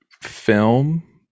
film